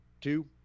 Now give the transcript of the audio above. Two